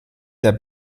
der